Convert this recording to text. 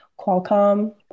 Qualcomm